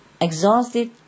exhausted